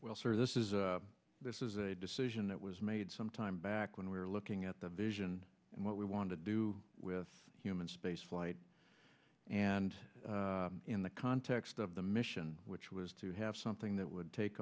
sir this is a this is a decision that was made some time back when we were looking at the vision and what we wanted to do with human spaceflight and in the context of the mission which was to have something that would take